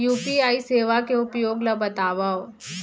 UPI सेवा के उपयोग ल बतावव?